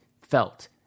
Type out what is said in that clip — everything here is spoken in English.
Felt